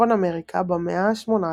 בצפון אמריקה במאה ה-18,